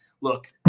look